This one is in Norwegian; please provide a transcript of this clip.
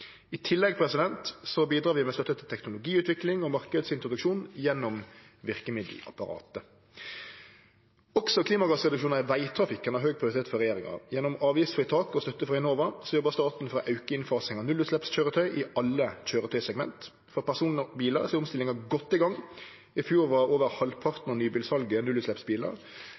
støtte til teknologiutvikling og marknadsintroduksjon gjennom verkemiddelapparatet. Også klimagassreduksjonar i vegtrafikken har høg prioritet for regjeringa. Gjennom avgiftsfritak og støtte frå Enova jobbar staten for å auke innfasinga av nullutsleppskøyretøy i alle køyretøysegment. For personbilar er omstillinga godt i gang. I fjor var over halvparten av nybilsalet nullutsleppsbilar,